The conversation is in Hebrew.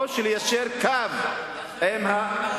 או ליישר קו עם, אתה